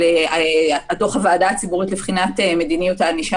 דוח הוועדה הציבורית לבחינת מדיניות הענישה